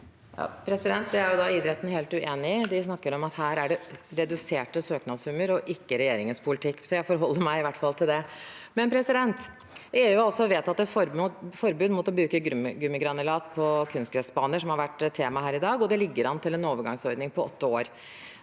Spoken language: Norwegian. (H) Det er jo da idret- ten helt uenig i. De snakker om at her er det reduserte søknadssummer, ikke regjeringens politikk, så jeg forholder meg i hvert fall til det. EU har altså vedtatt et forbud mot å bruke gummigranulat på kunstgressbaner, som har vært tema her i dag, og det ligger an til en overgangsordning på åtte år.